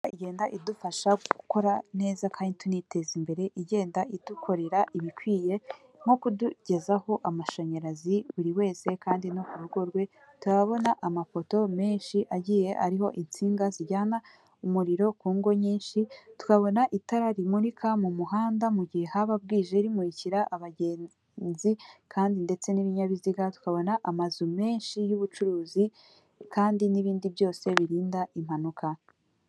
Ikagenda idufasha gukora neza kandi tuniteza imbere igenda idukorera ibikwiye nko kudugezaho amashanyarazi buri wese kandi no ku rugo rwe turabona amapoto menshi agiye ariho insinga zijyana umuriro ku ngo nyinshi tukabona itara rimurika mu muhanda mu gihe haba bwije rimurikira abagenzi kandi ndetse n'ibinyabiziga tukabona amazu menshi y'ubucuruzi kandi n'ibindi byose birinda impanuka.